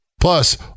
Plus